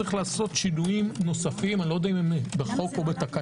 צריך לעשות שינויים נוספים אני לא יודע אם בחוק או בתקנון.